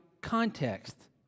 context